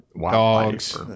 Dogs